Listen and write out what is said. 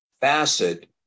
facet